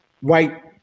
white